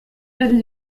l’avis